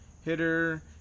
hitter